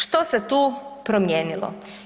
Što se tu promijenilo?